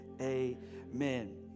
amen